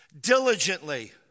diligently